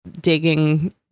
digging